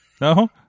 No